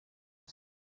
cye